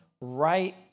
right